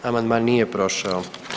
Amandman nije prošao.